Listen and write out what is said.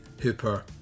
Hooper